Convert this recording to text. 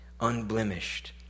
unblemished